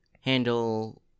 handle